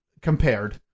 compared